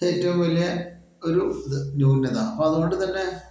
ഏറ്റവും വലിയ ഒരു ഇത് ന്യൂനത അപ്പോൾ അത് കൊണ്ട് തന്നെ